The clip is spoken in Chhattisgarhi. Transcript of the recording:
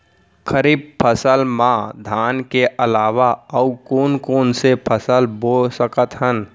खरीफ फसल मा धान के अलावा अऊ कोन कोन से फसल बो सकत हन?